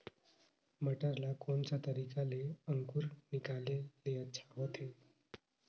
मटर ला कोन सा तरीका ले अंकुर निकाले ले अच्छा होथे?